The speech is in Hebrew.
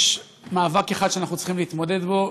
יש מאבק אחד שאנחנו צריכים להתמודד בו,